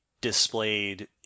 displayed